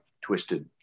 twisted